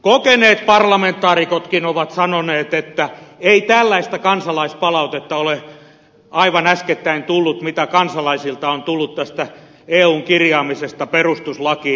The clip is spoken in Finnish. kokeneet parlamentaarikotkin ovat sanoneet että ei tällaista kansalaispalautetta ole aivan äskettäin tullut mitä kansalaisilta on tullut tästä eun kirjaamisesta perustuslakiin